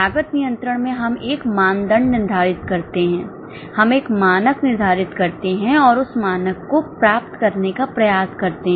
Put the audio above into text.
लागत नियंत्रण में हम एक मानदंड निर्धारित करते हैं हम एक मानक निर्धारित करते हैं और उस मानक को प्राप्त करने का प्रयास करते हैं